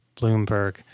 Bloomberg